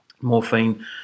morphine